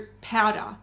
powder